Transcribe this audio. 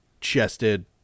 chested